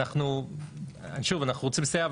אנחנו שוב אנחנו רוצים לסייע,